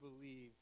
believe